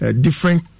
different